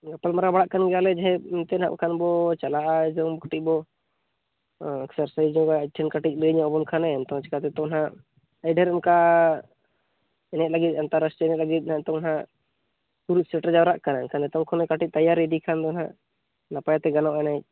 ᱜᱟᱯᱟᱞᱢᱟᱨᱟᱣ ᱵᱟᱲᱟᱜ ᱠᱟᱱᱜᱮᱭᱟᱞᱮ ᱡᱮ ᱱᱤᱛᱚᱜ ᱱᱟᱦᱟᱜ ᱠᱷᱟᱱ ᱵᱚ ᱪᱟᱞᱟᱜᱼᱟ ᱡᱮᱢᱚᱱ ᱠᱟᱹᱴᱤᱡ ᱵᱚ ᱮᱠᱥᱟᱨ ᱥᱟᱭᱤᱡ ᱟᱵᱚ ᱟᱡ ᱴᱷᱮᱱ ᱠᱟᱹᱴᱤᱡ ᱞᱟᱹᱭ ᱧᱚᱜ ᱟᱵᱚᱱ ᱠᱷᱟᱱᱮ ᱮᱱᱛᱮ ᱦᱚᱸ ᱪᱮᱠᱟ ᱛᱮᱛᱚ ᱱᱟᱦᱟᱜ ᱮ ᱟᱹᱰᱤ ᱰᱷᱮᱨ ᱚᱱᱠᱟ ᱮᱱᱮᱡ ᱞᱟᱹᱜᱤᱫ ᱤᱱᱴᱟᱨᱮᱥᱴ ᱥᱮᱱᱚᱜ ᱞᱟᱹᱜᱤᱫ ᱱᱤᱛᱚᱝ ᱦᱟᱜ ᱥᱩᱨ ᱥᱮᱴᱮᱨ ᱡᱟᱣᱨᱟᱜ ᱠᱟᱱᱟ ᱮᱱᱠᱷᱟᱱ ᱱᱤᱛᱚᱝ ᱠᱷᱚᱱ ᱠᱟᱹᱴᱤᱡ ᱛᱮᱭᱟᱨᱤ ᱤᱫᱤ ᱠᱷᱟᱱ ᱫᱚ ᱱᱟᱦᱟᱜ ᱱᱟᱯᱟᱭ ᱛᱮ ᱜᱟᱱᱚᱜᱼᱟ ᱮᱱᱮᱡ